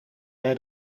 bij